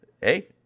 hey